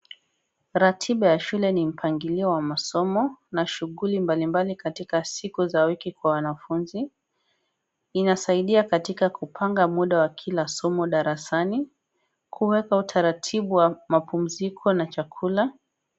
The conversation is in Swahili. Ratiba ya shule ni mpangilio wa masomo na shughuli mbali mbali katika siku za wiki ya wanafunzi. Inasaidia katika kupanga muda wakila somo darasani. Kuweka taratibu wa mapumziko na kula.